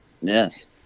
Yes